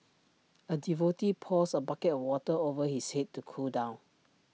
A devotee pours A bucket of water over his Head to cool down